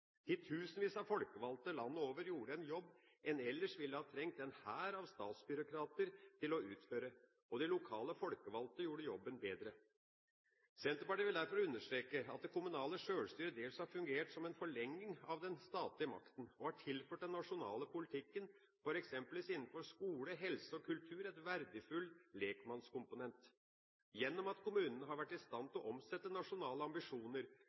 Titusenvis av folkevalgte landet over gjorde en jobb en ellers ville ha trengt en hær av statsbyråkrater til å utføre, og de lokale folkevalgte gjorde jobben bedre. Senterpartiet vil derfor understreke at det kommunale sjølstyret dels har fungert som en forlenging av den statlige makten og har tilført den nasjonale politikken f.eks. innenfor skole, helse og kultur en verdifull lekmannskomponent. Gjennom at kommunene har vært i stand til å omsette nasjonale ambisjoner